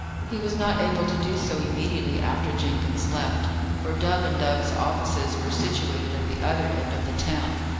he was not able to do so immediately after jenkins left for dove and dove's offices were situated at the other end of the town,